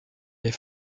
les